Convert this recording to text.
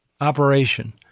operation